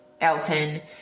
Elton